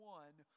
one